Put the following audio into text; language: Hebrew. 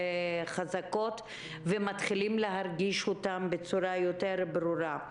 חזקות ושמתחילים להרגיש אותן בצורה יותר ברורה.